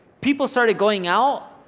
people started going out.